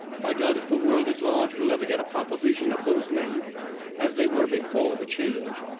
i doubt if the world at large will ever get a proper vision of those men as they were before the change.